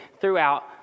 throughout